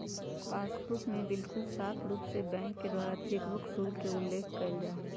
passbook में बिल्कुल साफ़ रूप से बैंक के द्वारा चेकबुक शुल्क के उल्लेख कइल जाहई